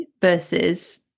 versus